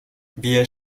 wir